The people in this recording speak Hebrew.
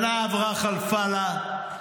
שנה עברה, חלפה לה,